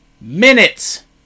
minutes